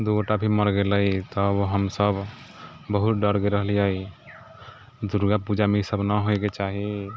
दू गोटा भी मरि गेलै तब हम सभ बहुत डर गेल रहलियै दुर्गा पूजामे ईसभ न होइके चाही